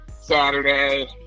Saturday